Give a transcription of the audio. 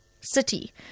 city